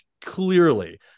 clearly